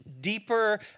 deeper